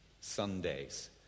Sundays